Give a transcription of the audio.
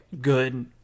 good